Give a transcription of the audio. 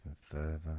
further